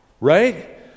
right